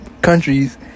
countries